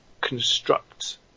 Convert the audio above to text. construct